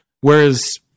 Whereas